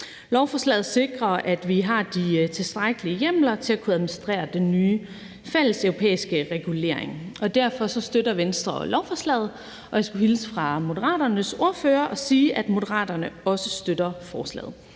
Lovforslaget sikrer, at vi har de tilstrækkelige hjemler til at kunne administrere den nye fælleseuropæiske regulering. Derfor støtter Venstre også lovforslaget, og jeg skulle hilse fra Moderaternes ordfører og sige, at Moderaterne også støtter forslaget.